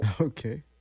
Okay